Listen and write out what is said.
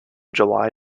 july